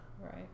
Right